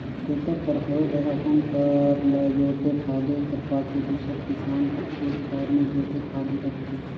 tractor कर होए ले अपन कर ल जोते फादे कर पाछू दूसर किसान कर खेत खाएर मे जोते फादे लगथे